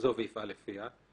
זו ויפעל על פיה.